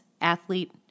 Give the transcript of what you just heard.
athlete